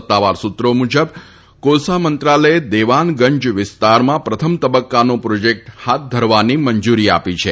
સત્તાવાર સુત્રો મુજબ કોલસા મંત્રાલયે દેવાન ગંજ વિસ્તારમાં પ્રથમ તબક્કાનો પ્રોજેક્ટ હાથ ધરવાની મંજરી આપી છે